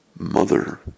mother